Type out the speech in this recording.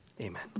Amen